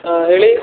ಹಾಂ ಹೇಳಿ